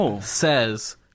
says